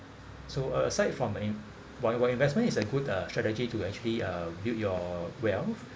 so aside from uh while investment is a good strategy to actually uh build your wealth